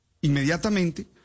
Inmediatamente